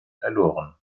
verloren